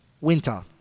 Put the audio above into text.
winter